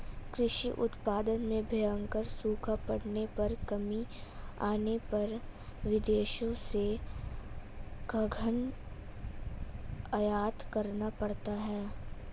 कृषि उत्पादन में भयंकर सूखा पड़ने पर कमी आने पर विदेशों से खाद्यान्न आयात करना पड़ता है